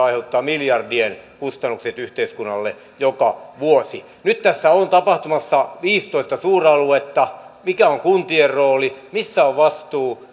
aiheuttavat miljardien kustannukset yhteiskunnalle joka vuosi nyt tässä on tulossa viisitoista suuraluetta mikä on kuntien rooli missä on vastuu